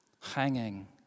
hanging